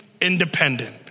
independent